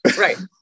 right